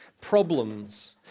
problems